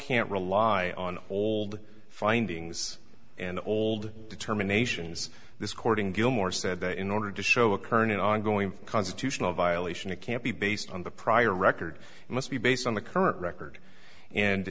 can't rely on old findings and old determinations this cording gilmore said that in order to show a current ongoing constitutional violation it can't be based on the prior record and must be based on the current record and